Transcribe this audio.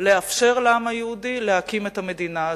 לאפשר לעם היהודי להקים את המדינה הזאת.